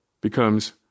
becomes